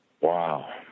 Wow